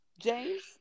James